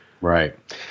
Right